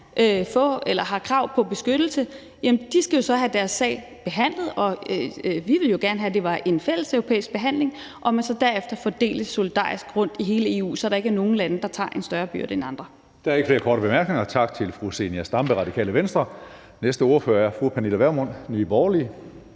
har krav på beskyttelse, skal så have deres sag behandlet. Vi ville jo gerne have, at det var en fælleseuropæisk behandling, og at man så derefter fordeler solidarisk rundt i hele EU, så der ikke er nogle lande, der påtager sig en større byrde end andre.